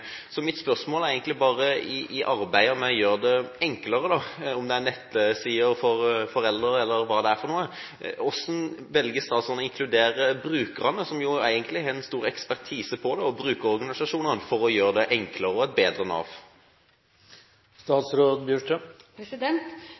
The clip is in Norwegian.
Så mitt spørsmål er egentlig bare, i arbeidet med å gjøre det enklere – om det er nettsider for foreldre eller hva det er: Hvordan velger statsråden å inkludere brukerne, som egentlig har den store ekspertisen på dette, og brukerorganisasjonene, for å gjøre det enklere og Nav bedre? Man har jo systemer i Nav